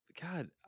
God